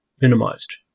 minimized